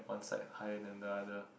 one side higher than the other